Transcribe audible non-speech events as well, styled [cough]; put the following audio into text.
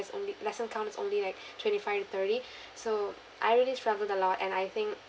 is only lesson counts is only like [breath] twenty five to thirty so I really struggled a lot and I think